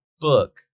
book